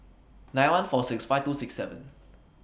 nine one four six five two six seven